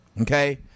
okay